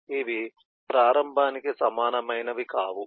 ఇవి ప్రారంభానికి సమానమైనవి కావు